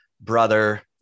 brother